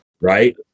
Right